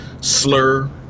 Slur